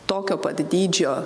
tokio pat dydžio